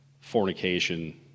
fornication